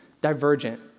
Divergent